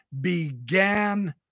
began